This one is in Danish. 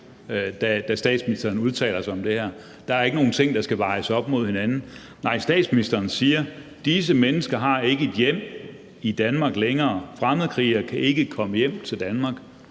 da statsministeren udtalte sig om det her. Der er ikke nogen ting, der skal vejes op mod hinanden. Nej, statsministeren sagde, at disse mennesker ikke har et hjem i Danmark længere, at fremmedkrigere ikke kan komme hjem til Danmark.